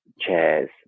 chairs